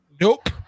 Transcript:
nope